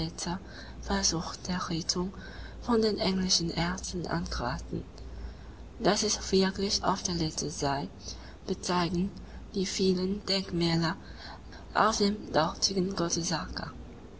der rettung von den englischen ärzten angeraten daß es wirklich oft der letzte sei bezeigen die vielen denkmäler auf dem dortigen